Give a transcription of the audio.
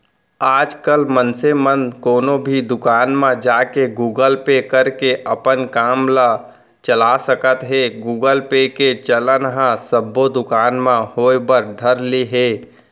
आजकल मनसे मन कोनो भी दुकान म जाके गुगल पे करके अपन काम ल चला सकत हें गुगल पे के चलन ह सब्बो दुकान म होय बर धर ले हे